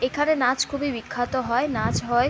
এখানে নাচ খুবই বিখ্যাত হয় নাচ হয়